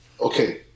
okay